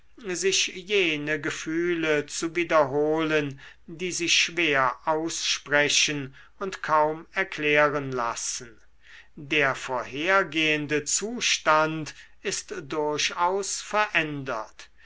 sich jene gefühle zu wiederholen die sich schwer aussprechen und kaum erklären lassen der vorhergehende zustand ist durchaus verändert